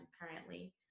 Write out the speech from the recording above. currently